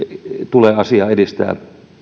tulee asiaa edistää